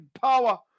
power